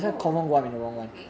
oh okay